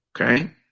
Okay